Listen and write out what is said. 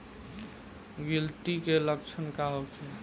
गिलटी के लक्षण का होखे?